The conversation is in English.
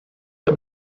the